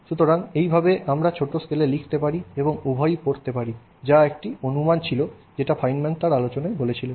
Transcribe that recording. সুতরাং এইভাবে আমরা ছোট স্কেলে লিখতে পারি এবং উভয় পড়তে পারি যা একটি অনুমান ছিল যেটা ফাইনম্যান তার আলোচনায় বলেছিলেন